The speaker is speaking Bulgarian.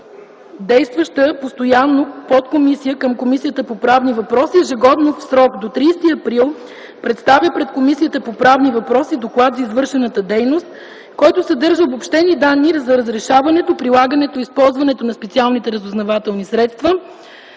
действаща подкомисия към Комисията по правни въпроси, ежегодно в срок до 30 април представя пред Комисията по правни въпроси доклад за извършената дейност, който съдържа обобщени данни за разрешаването, прилагането и използването на специалните разузнавателни средства,